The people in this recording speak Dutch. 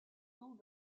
toe